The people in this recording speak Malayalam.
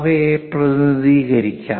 അവയെയും പ്രതിനിധീകരിക്കാം